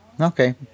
Okay